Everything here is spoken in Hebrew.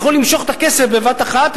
יכלו למשוך את הכסף בבת-אחת,